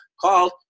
called